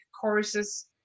courses